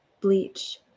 bleach